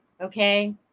okay